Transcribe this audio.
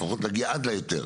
לפחות להגיע עד להיתר